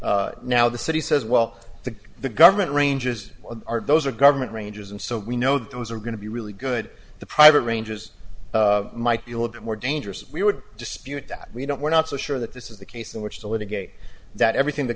standards now the city says well the the government ranges are those are government ranges and so we know those are going to be really good the private ranges might be a little bit more dangerous we would dispute that we don't we're not so sure that this is the case in which to litigate that everything the